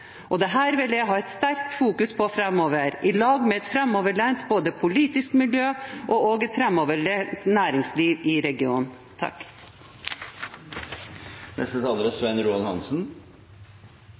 vil jeg ha et sterkt fokus på framover i lag med både et framoverlent politisk miljø og et framoverlent næringsliv i regionen.